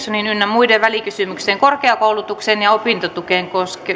muiden välikysymykseen korkeakoulutukseen ja opintotukeen